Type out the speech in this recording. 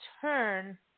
turn